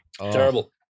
Terrible